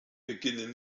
beginnen